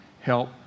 help